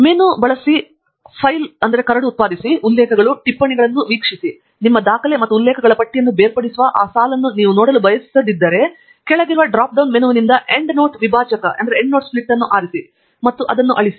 menu ಬಳಸಿ ಕರಡು ಉಲ್ಲೇಖಗಳು ಟಿಪ್ಪಣಿಗಳನ್ನು ವೀಕ್ಷಿಸಿ ನಿಮ್ಮ ಡಾಕ್ಯುಮೆಂಟ್ ಮತ್ತು ಉಲ್ಲೇಖಗಳ ಪಟ್ಟಿಯನ್ನು ಬೇರ್ಪಡಿಸುವ ಆ ಸಾಲನ್ನು ನೀವು ನೋಡಲು ಬಯಸದಿದ್ದರೆ ಕೆಳಗಿರುವ ಡ್ರಾಪ್ ಡೌನ್ ಮೆನುವಿನಿಂದ ಎಂಡ್ನೋಟ್ ವಿಭಾಜಕವನ್ನು ಆರಿಸಿ ಮತ್ತು ಅದನ್ನು ಅಳಿಸಿ